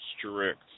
strict